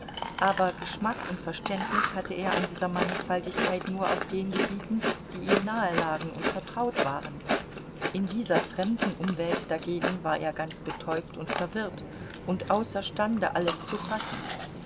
aber geschmack und verständnis hatte er an dieser mannigfaltigkeit nur auf den gebieten die ihm nahe lagen und vertraut waren in dieser fremden umwelt dagegen war er ganz betäubt und verwirrt und außerstande alles zu fassen